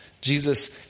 Jesus